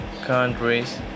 Countries